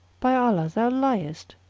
by allah, thou liest!